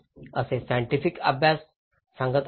असे सायन्टिफिक अभ्यास सांगत आहेत